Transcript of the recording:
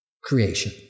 Creation